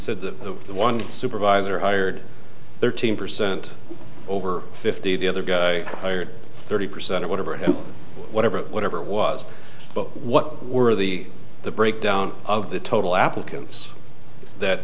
s that one supervisor ired thirteen percent over fifty the other guy thirty percent or whatever whatever whatever was what were the the breakdown of the total applicants that